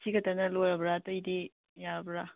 ꯁꯤ ꯈꯛꯇꯅ ꯂꯣꯏꯔꯕ꯭ꯔ ꯑꯇꯩꯗꯤ ꯌꯥꯔꯕ꯭ꯔ